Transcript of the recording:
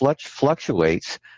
fluctuates